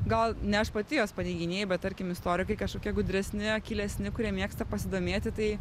gal ne aš pati juos paneiginėju bet tarkim istorikai kažkokie gudresni akylesni kurie mėgsta pasidomėti tai